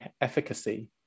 efficacy